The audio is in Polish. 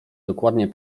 dokładnie